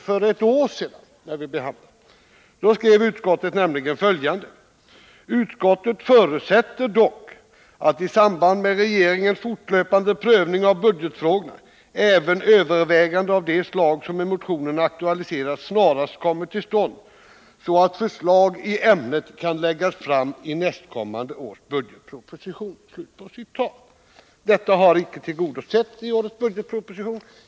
För ett år sedan skrev utskottet så här: ”Utskottet ——— förutsätter dock att i samband med regeringens fortlöpande prövning av budgetfrågorna även överväganden av de slag som i motionen aktualiserats snarast kommer till stånd så att förslag i ämnet kan läggas fram i nästkommande års budgetproposition.” Detta har emellertid icke tillgodosetts i årets budgetproposition.